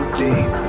deep